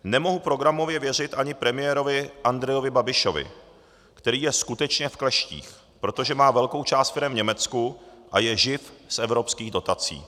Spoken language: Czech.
Nemohu programově věřit ani premiérovi Andrejovi Babišovi, který je skutečně v kleštích, protože má velkou část firem v Německu a je živ z evropských dotací.